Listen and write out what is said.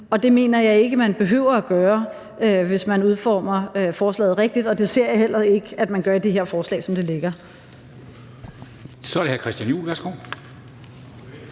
Det mener jeg ikke man behøver at gøre, hvis man udformer forslaget rigtigt, og det ser jeg heller ikke at man gør i det her forslag, som det ligger. Kl. 20:27 Formanden